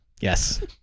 Yes